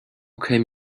came